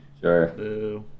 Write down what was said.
Sure